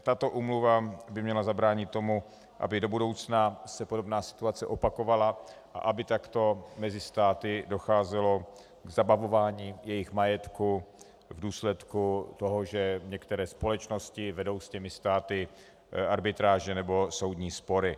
Tato úmluva by měla zabránit tomu, aby se do budoucna podobná situace opakovala a aby takto mezi státy docházelo k zabavování jejich majetku v důsledku toho, že některé společnosti vedou s těmi státy arbitráže nebo soudní spory.